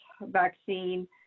vaccine